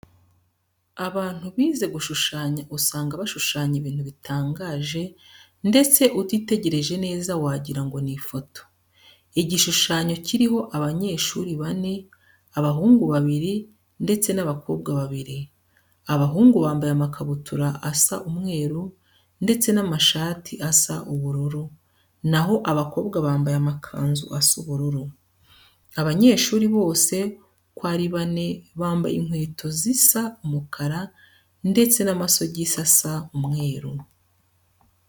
Abantu bize gushushanya usanga bashushanya ibintu bitangaje ndetse utitegereje neza wagira ngo ni ifoto. Igishushanyo kiriho abanyeshuri bane, abahungu babiri, ndetse n'abakobwa babiri. Abahungu bambaye amakabutura asa umweru, ndetse n'amashati asa ubururu, naho abakobwa bambaye amakanzu asa ubururu. Abanyeshuri bose uko ari bane bambaye inkweto zisa umukara ndetse n'amasogisi asa umweru.